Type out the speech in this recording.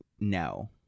no